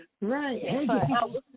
Right